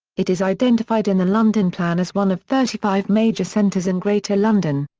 it is identified in the london plan as one of thirty five major centres in greater london.